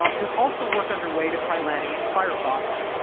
um there's also work underway to try landing it in firefox.